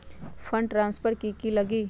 Fund transfer कि की लगी?